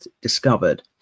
discovered